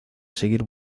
seguir